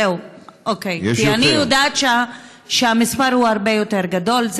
אני יודעת שהמספר הוא הרבה יותר גדול.